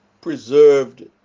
preserved